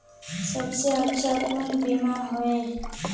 सबसे अच्छा कुन बिमा होय?